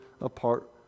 apart